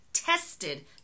Tested